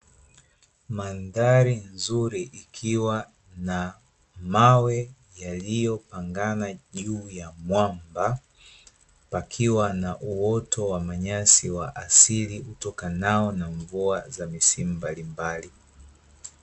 Mandhali nzuri ikiwa na mawe yaliyopangana juu ya mwamba, pakiwa na uoto wa manyasi wa asili utokanao na mvua za misimu mbalimbali.